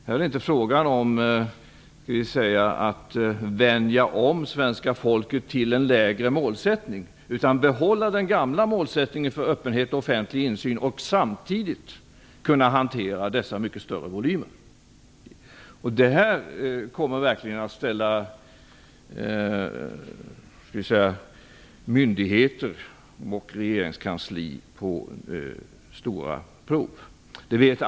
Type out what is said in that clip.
Det är här inte fråga om att så att säga vänja om svenska folket till en lägre målsättning, utan den gamla målsättningen för öppenhet och offentlig insyn skall behållas samtidigt som vi skall kunna hantera dessa mycket större volymer. Det här kommer verkligen att i hög grad sätta myndigheter och regeringskansli på prov.